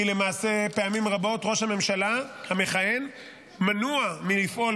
כי למעשה פעמים רבות ראש הממשלה המכהן מנוע מלפעול